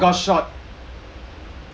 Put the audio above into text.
eh 有看到